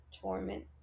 torment